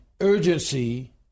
urgency